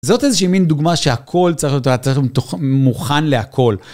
זאת איזושהי מין דוגמה שהכל צריך להיות מוכן לכל.